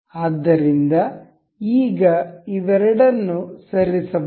ಆದ್ದರಿಂದ ಈಗ ಇವೆರಡನ್ನೂ ಸರಿಸಬಹುದು